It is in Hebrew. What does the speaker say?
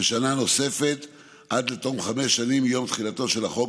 בשנה נוספת עד תום חמש שנים מיום תחילתו של החוק,